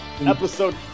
episode